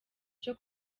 cyo